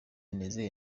nizeye